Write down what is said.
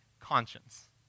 conscience